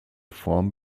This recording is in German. form